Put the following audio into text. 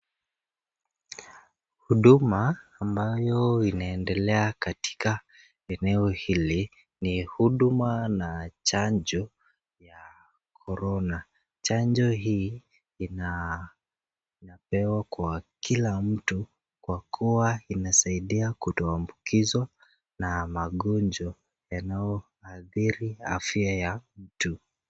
Huduma ambayo inaendelea katika eneo hili ni huduma na chanjo ya corona. Chanjo hii inapewa kwa kila mtu kwa kuwa inasaidia kutoambukizwa na magonjwa yanayoadhiri afya ya mtu.